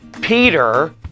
Peter